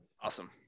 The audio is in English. Awesome